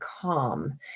calm